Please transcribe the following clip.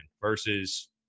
versus